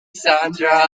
sandra